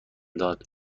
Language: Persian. داد